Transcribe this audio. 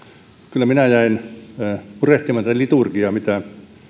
kyllä minä jäin murehtimaan tätä liturgiaa mitä